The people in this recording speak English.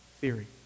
theory